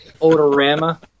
Odorama